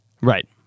Right